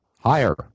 higher